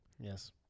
Yes